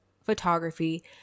photography